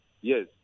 Yes